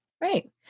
right